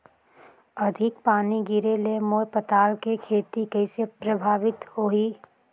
अधिक पानी गिरे ले मोर पताल के खेती कइसे प्रभावित होही?